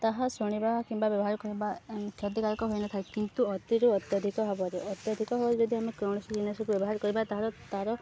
ତାହା ଶୁଣିବା କିମ୍ବା ବ୍ୟବହାର କରିବା କ୍ଷତିଦାୟକ ହୋଇନଥାଏ କିନ୍ତୁ ଅତିରୁ ଅତ୍ୟଧିକ ହବ ଯେ ଅତ୍ୟଧିକ କୌଣସି ଜିନିଷକୁ ବ୍ୟବହାର କରିବା ତା'ର